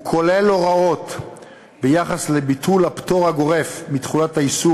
הכולל הוראות לביטול הפטור הגורף מתחולת האיסור